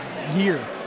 Year